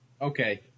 Okay